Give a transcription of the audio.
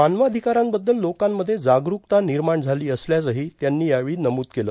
मानवाधिकारांबद्दल लोकांमध्ये जागरूकता निर्माण झाली असल्याचंही त्यांनी सांगितलं